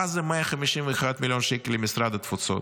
מה זה 151 מיליון שקל למשרד התפוצות?